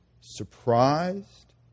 surprised